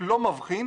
לא מבחין